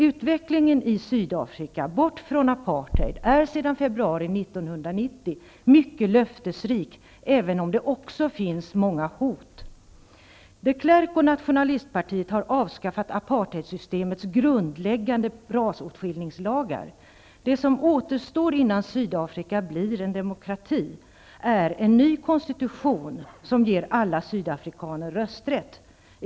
Utvecklingen i Sydafrika bort från apartheid är sedan februari 1990 mycket löftesrik, även om det också finns många hot. De Klerk och nationalistpartiet har avskaffat apartheidsystemets grundläggande rasåtskiljningslagar. Det som återstår innan Sydafrika blir en demokrati är en ny konstitution som ger alla sydafrikaner rösträtt.